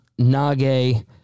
Nage